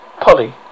Polly